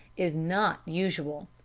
is not usual.